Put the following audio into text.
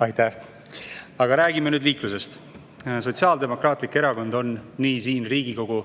Jüri. Aga räägime liiklusest. Sotsiaaldemokraatlik Erakond on nii siin Riigikogu